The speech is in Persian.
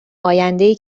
آیندهای